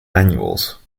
annuals